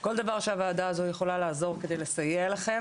כל דבר שהוועדה הזו יכולה לסייע לכם,